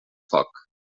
foc